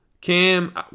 Cam